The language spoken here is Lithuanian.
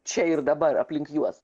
čia ir dabar aplink juos